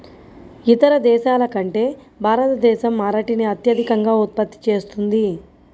ఇతర దేశాల కంటే భారతదేశం అరటిని అత్యధికంగా ఉత్పత్తి చేస్తుంది